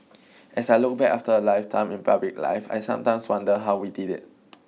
as I look back after a lifetime in public life I sometimes wonder how we did it